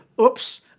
Oops